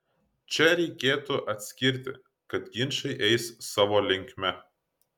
čia reikėtų atskirti kad ginčai eis savo linkme